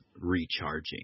recharging